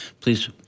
please